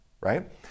right